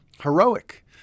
heroic